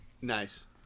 Nice